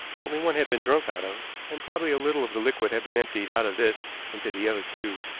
only one had been drunk out of, and probably a little of the liquid had been emptied out of this into the other two.